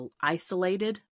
isolated